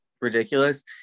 ridiculous